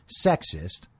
sexist